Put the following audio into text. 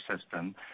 system